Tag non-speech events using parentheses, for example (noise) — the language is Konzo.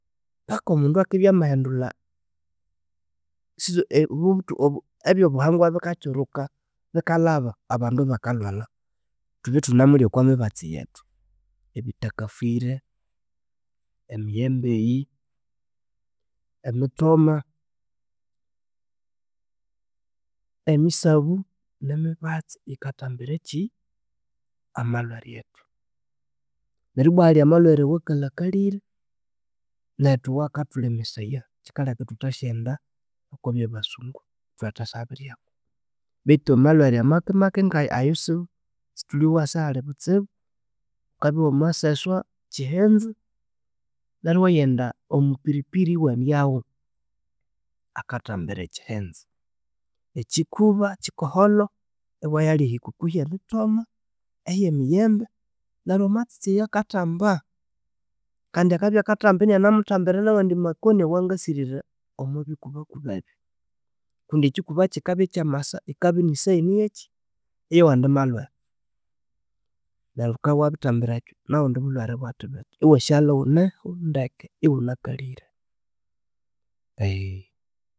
Paka omundu akibya amahindulha (hesitation) ebyabuhangwa bikakyuruka bikalhaba, abandu bakalhwalha, thubye ithunemulhya okwe mibatsi yethu, ebithakafire, emiyembe eyi, emitsoma, emisabu ni mibatsi yikathambirakyi amalhwere ethu. Neryo bwa ahalhi amalhwere owa kalhakalhire nethu awa kathulemesaya, kyikaleka ithuthasyaghenda okwa byabasungu ithwathasya biryaku. Bethu amalhwere amakimaki ngayo ayosi sithulyowa sihalhi obutsibu, wukabya iwa maseswa kyihinzi neryo iwayenda omupiripiri iwa ryawu akathambira ekyihinzi. Ekyikuba kyikolholo iwayalhya ehikuku hyemithoma, ehye miyembe neryo amatsitsi ayo akathamba. Kandi akabya akathamba inanemuthambira nawandi makoni owa ngasiriri omwo bikubakuba ebyu. Kundi ekyikuba kikabya kyamasa yikabya nisayini yekyi eyawandi malhwere. Neryo wuka wabirithambira ekyo nobundi bulhwere ibwathibitha iwasiyalha iwuneho ndeke iwunakalire eghe